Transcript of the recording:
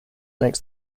makes